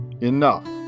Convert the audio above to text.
enough